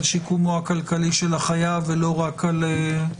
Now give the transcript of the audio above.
שיקומו הכלכלי של החייב ולא רק על נכסיו?